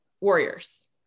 Warriors